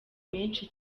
menshi